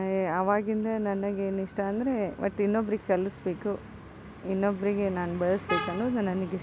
ಆವಾಗಿಂದ ನನಗೇನು ಇಷ್ಟ ಅಂದರೆ ಒಟ್ಟು ಇನ್ನೊಬ್ರಿಗೆ ಕಲಿಸಬೇಕು ಇನ್ನೊಬ್ಬರಿಗೆ ನಾನು ಬೆಳೆಸಬೇಕು ಅನ್ನೋದು ನನಗಿಷ್ಟ